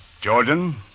Jordan